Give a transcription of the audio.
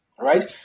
Right